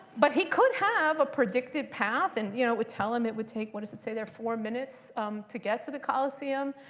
but he could have a predicted path and it you know would tell him it would take what does that say there four minutes to get to the coliseum.